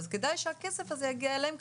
אז כדאי שהכסף הזה יגיע אליהם,